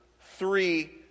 three